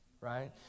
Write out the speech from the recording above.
right